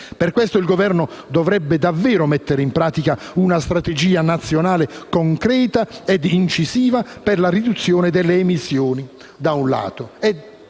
Per questo il Governo dovrebbe davvero mettere in pratica una strategia nazionale concreta e incisiva per la riduzione delle emissioni, da un lato,